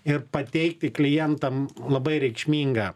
ir pateikti klientam labai reikšmingą